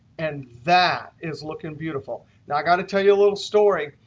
and that is looking beautiful. now, i got to tell you a little story.